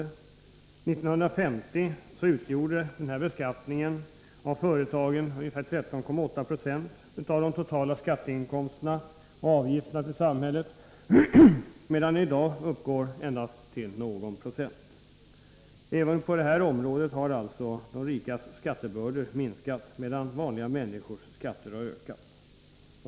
År 1950 utgjorde beskattningen av företagen 13,8 Jo av de totala skatteinkomsterna och avgifterna till samhället, medan den i dag uppgår endast till någon procent. Även på detta område har de ”rikas” skattebördor minskat, medan vanliga människors skatter har ökat.